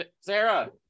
Sarah